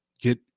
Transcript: get